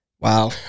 Wow